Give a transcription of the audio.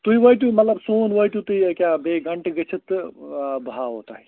تُہۍ وٲتِو مطلب سون وٲتِو تُہۍ أکہِ بیٚیہِ گھنٛٹہٕ گٔژھِتھ تہٕ ٲں بہٕ ہاوہو تۄہہِ